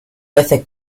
veces